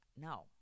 no